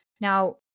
Now